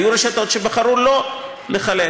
היו רשתות שבחרו לא לחלק,